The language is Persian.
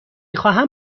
خواهم